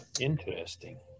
Interesting